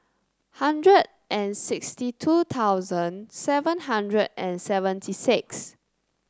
hundred and sixty two thousand seven hundred and seventy six